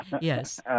Yes